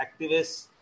activists